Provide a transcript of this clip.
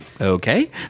okay